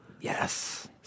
Yes